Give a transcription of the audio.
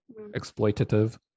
exploitative